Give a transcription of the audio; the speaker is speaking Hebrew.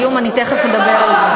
הוא תחת איום, אני תכף אדבר על זה.